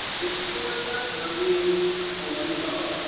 victoria marie eremo,